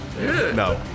No